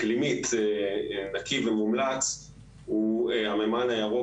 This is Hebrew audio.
אקלימית נקי ומומלץ הוא המימן הירוק